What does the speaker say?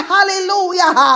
Hallelujah